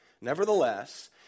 Nevertheless